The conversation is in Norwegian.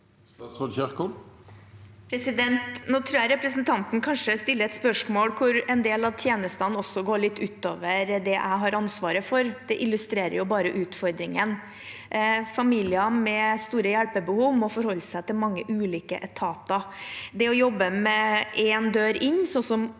Nå tror jeg re- presentanten kanskje stiller et spørsmål hvor en del av tjenestene også går litt utover det jeg har ansvar for. Det illustrerer bare utfordringen. Familier med store hjelpebehov må forholde seg til mange ulike etater. Det å jobbe med én dør inn, som